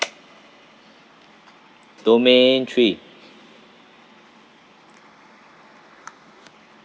domain three